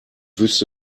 wüsste